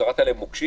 קראת להם מוקשים